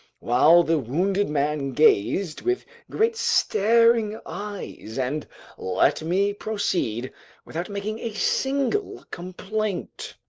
while the wounded man gazed with great staring eyes and let me proceed without making a single complaint.